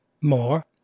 More